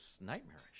nightmarish